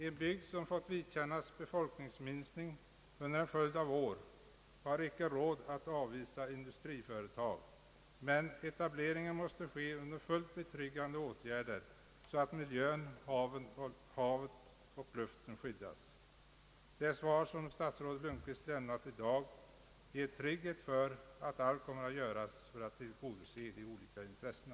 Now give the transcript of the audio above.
En bygd som fått vidkännas befolkningsminskning under en följd av år, har icke råd att avvisa industriföretag, men etableringen måste ske under fullt betryggande åtgärder, så att miljön, havet och luften skyddas. Det svar som statsrådet Lundkvist lämnat i dag ger trygghet för att allt kommer att göras för att tillgodose de olika intressena.